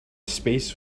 space